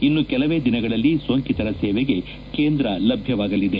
ಇನ್ನು ಕೆಲವೇ ದಿನಗಳಲ್ಲಿ ಸೋಂಕಿತರ ಸೇವೆಗೆ ಕೇಂದ್ರ ಲಭ್ಯವಾಗಲಿದೆ